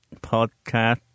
podcast